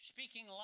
Speaking